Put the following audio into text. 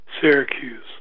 Syracuse